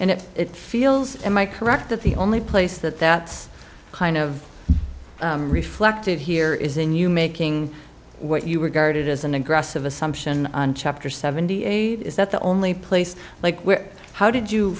and if it feels am i correct that the only place that that's kind of reflective here is in you making what you were guarded as an aggressive assumption on chapter seventy eight is that the only place like how did you